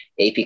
AP